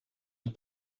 mit